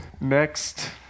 Next